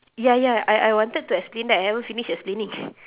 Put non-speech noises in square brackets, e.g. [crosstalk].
ya ya I I wanted to explain that I haven't finish explaining [breath]